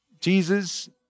Jesus